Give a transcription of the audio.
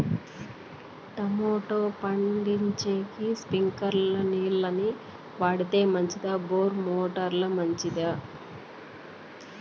Tomato పండించేకి స్ప్రింక్లర్లు నీళ్ళ ని వాడితే మంచిదా బోరు మోటారు మంచిదా?